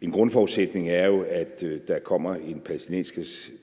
En grundforudsætning er jo, at der kommer en